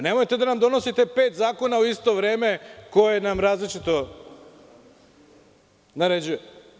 Nemojte da nam donosite pet zakona u isto vreme koji nam različito naređuju.